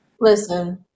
Listen